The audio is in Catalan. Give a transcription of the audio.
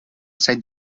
set